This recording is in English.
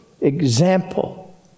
example